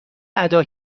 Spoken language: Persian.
ادا